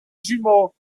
jumeaux